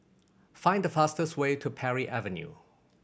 find the fastest way to Parry Avenue